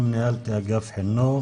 גם ניהלתי אגף חינוך